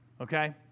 okay